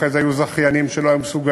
אחרי זה היו זכיינים שלא היו מסוגלים.